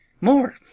More